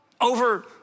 over